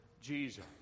Jesus